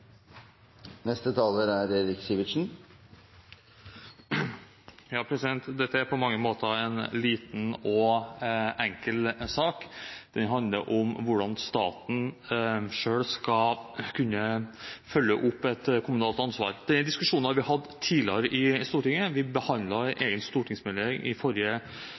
Dette er på mange måter en liten og enkel sak. Den handler om hvordan staten selv skal kunne følge opp et kommunalt ansvar. Den diskusjonen har vi hatt tidligere i Stortinget. I forrige periode behandlet vi en egen stortingsmelding